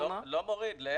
לא מורידה.